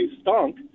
stunk